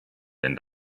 denn